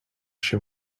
się